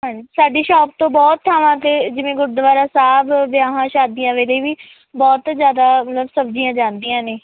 ਸਾਡੀ ਸ਼ੋਪ ਤੋਂ ਬਹੁਤ ਥਾਵਾਂ 'ਤੇ ਜਿਵੇਂ ਗੁਰਦੁਆਰਾ ਸਾਹਿਬ ਵਿਆਹਾਂ ਸ਼ਾਦੀਆਂ ਵੇਲੇ ਵੀ ਬਹੁਤ ਜ਼ਿਆਦਾ ਮਤਲਬ ਸਬਜ਼ੀਆਂ ਜਾਂਦੀਆਂ ਨੇ